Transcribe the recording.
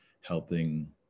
helping